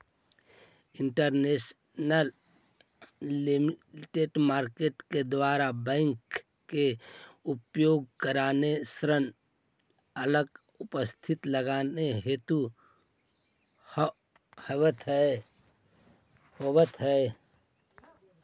interbank lending market के द्वारा bank के उपलब्ध करावल ऋण अल्प अवधि लगी होवऽ हइ